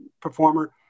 performer